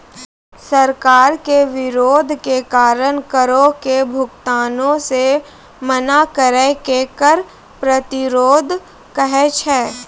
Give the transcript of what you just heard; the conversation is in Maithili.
सरकार के विरोध के कारण करो के भुगतानो से मना करै के कर प्रतिरोध कहै छै